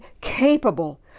capable